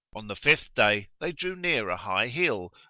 on the fifth day they drew near a high hill,